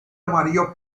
amarillo